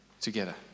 together